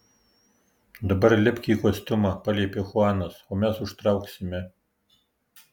dabar lipk į kostiumą paliepė chuanas o mes užtrauksime